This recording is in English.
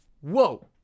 whoa